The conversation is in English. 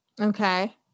okay